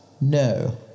No